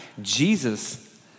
Jesus